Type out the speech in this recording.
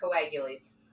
coagulates